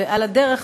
ועל הדרך,